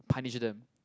punish them